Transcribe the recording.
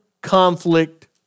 conflict